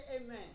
amen